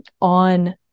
on